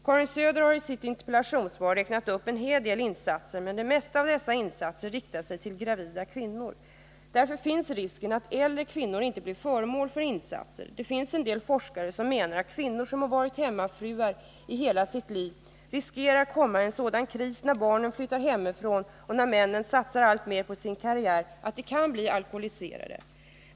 Karin Söder har i sitt interpellationssvar räknat upp en hel del insatser, men det mesta av dessa insatser riktar sig till gravida kvinnor. Därför finns risken att äldre kvinnor inte blir föremål för insatser. Det finns en del forskare som menar att kvinnor som varit hemmafruar i hela sitt liv riskerar att komma i en sådan kris när barnen flyttar hemifrån och när mannen satsar alltmer på sin karriär att de kan bli alkoholiserade.